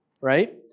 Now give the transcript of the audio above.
Right